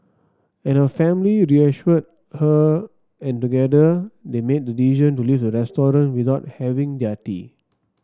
and her family reassured her and together they made the decision to leave the restaurant without having their tea